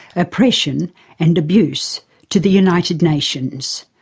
oppression and abuse to the united nations.